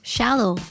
Shallow